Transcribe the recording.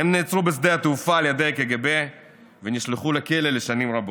הם נעצרו בשדה התעופה על ידי הקג"ב ונשלחו לכלא לשנים רבות.